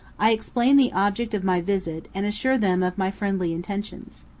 i explain the object of my visit, and assure them of my friendly intentions.